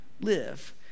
live